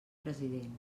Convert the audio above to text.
president